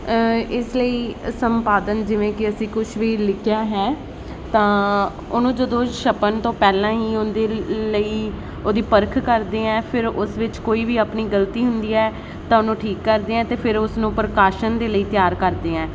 ਇਸ ਲਈ ਸੰਪਾਦਨ ਜਿਵੇਂ ਕਿ ਅਸੀਂ ਕੁਛ ਵੀ ਲਿਖਿਆ ਹੈ ਤਾਂ ਉਹਨੂੰ ਜਦੋਂ ਛਪਣ ਤੋਂ ਪਹਿਲਾਂ ਹੀ ਉਹਦੇ ਲਈ ਉਹਦੀ ਪਰਖ ਕਰਦੇ ਹੈ ਫਿਰ ਉਸ ਵਿੱਚ ਕੋਈ ਵੀ ਆਪਣੀ ਗਲਤੀ ਹੁੰਦੀ ਹੈ ਤਾਂ ਉਹਨੂੰ ਠੀਕ ਕਰਦੇ ਆ ਅਤੇ ਫਿਰ ਉਸਨੂੰ ਪ੍ਰਕਾਸ਼ਨ ਦੇ ਲਈ ਤਿਆਰ ਕਰਦੇ ਹੈ